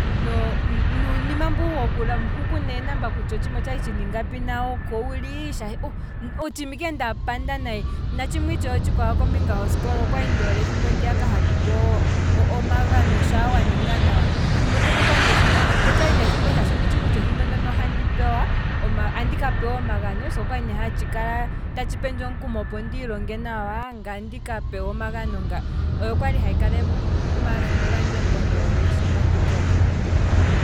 No, nuunima mbu woku landa hu kuna eenamba kutya otshiima okwali tshina ingapi, nawo oko wuli, shaashi oh otshiima ike nda panda nayi, na tshimwe itshewe otshikwawo kombinga hosikola okwali ndoole ethimbo ndiya hatu pewa omagano shaa waninga nawa, ethimbo ndono okwali ne ethimbo shaashi onditshi kutya ethimbo ndono andi pewa, andika pewa omagano, sho okwali ne hatshi pendje omukumo opo ndiilonge nawa, ngaye ndika pewe omagano nga, oyo kwali hayi kala omathimbo gandje ngaa ndoole sho tandi koko.